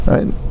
Right